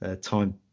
time